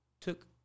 took